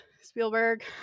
Spielberg